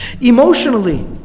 Emotionally